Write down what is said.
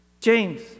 James